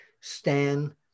Stan